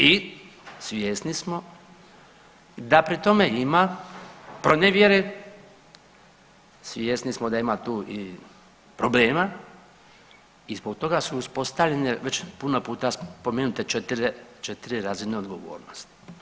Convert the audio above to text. I svjesni smo da pri tome ima pronevjere, svjesni smo da ima tu i problema i zbog toga su uspostavljene već puno puta spomenute 4 razine odgovornosti.